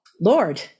Lord